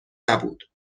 نبود